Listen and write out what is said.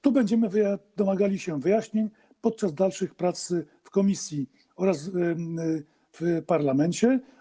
Tu będziemy domagali się wyjaśnień podczas dalszych prac w komisji oraz w parlamencie.